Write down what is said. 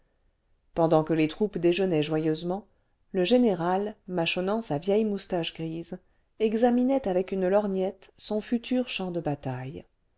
pendant que les troupes déjeunaient joyeusement le général mâchonnant sa vieille moustache grise examinait avec une lorgnette son futur champ de bataille